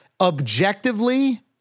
Objectively